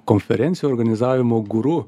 konferencijų organizavimo guru